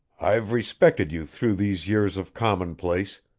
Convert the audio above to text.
i've respected you through these years of commonplace,